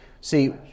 See